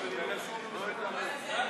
נתקבלו.